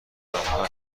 آمریکا